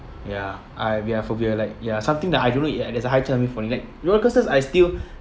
ya I'll be phobia like ya something that I don't know it there's a high chance for me like roller coasters I still